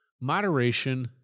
Moderation